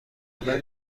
قهوه